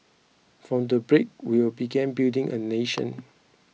from that break we began building a nation